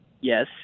Yes